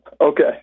Okay